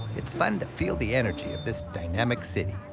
it's fun to feel the energy of this dynamic city.